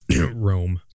rome